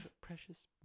precious